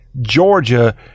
Georgia